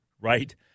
right